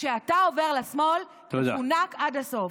כשאתה עובר לשמאל, מפונק עד הסוף.